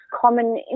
common